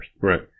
Right